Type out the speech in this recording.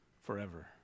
forever